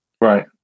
right